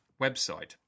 website